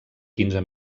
quinze